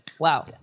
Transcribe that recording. Wow